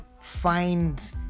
find